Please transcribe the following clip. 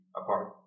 apart